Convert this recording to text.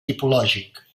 tipològic